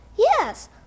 Yes